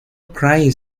craig